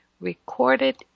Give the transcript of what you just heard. recorded